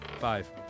Five